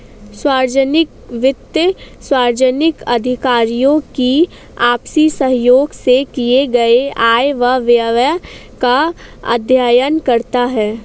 सार्वजनिक वित्त सार्वजनिक अधिकारियों की आपसी सहयोग से किए गये आय व व्यय का अध्ययन करता है